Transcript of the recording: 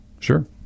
sure